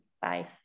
Bye